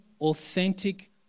authentic